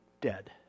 dead